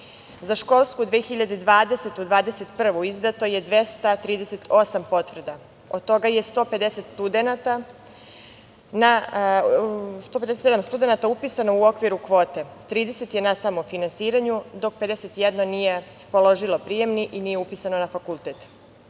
školsku 2020/2021 izdato je 238 potvrda, od toga je 157 studenata upisano u okviru kvote, 30 je na samofinansiranju dok 51 nije položilo prijemni i nije upisano na fakultet. Ovo